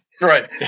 Right